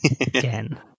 Again